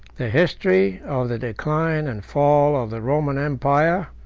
the history of the decline and fall of the roman empire,